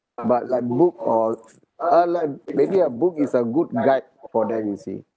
but like book or uh like maybe a book is a good guide for them you see